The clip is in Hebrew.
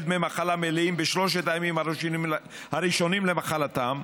דמי מחלה מלאים בשלושת הימים הראשונים למחלתם,